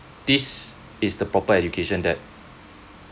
this is the proper education that